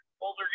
older